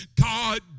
God